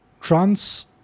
trans